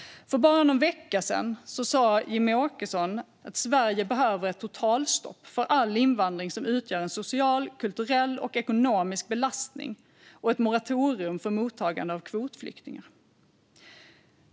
För bara någon vecka sedan sa Jimmie Åkesson att Sverige behöver ett totalstopp för all invandring som utgör en social, kulturell och ekonomisk belastning och ett moratorium för mottagande av kvotflyktingar.